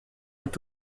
est